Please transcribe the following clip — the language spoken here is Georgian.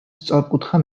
სწორკუთხა